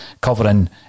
covering